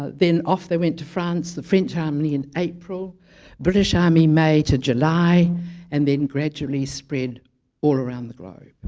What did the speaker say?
then after went to france, the french army in april british army may to july and then gradually spread all around the globe